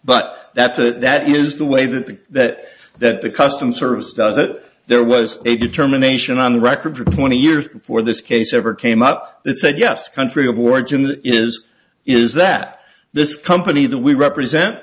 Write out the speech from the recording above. but that's that is the way that the that that the customs service does that there was a determination on the record for twenty years for this case ever came up that said yes country of origin is is that this company that we represent